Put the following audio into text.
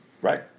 Right